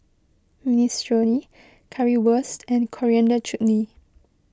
Minestrone Currywurst and Coriander Chutney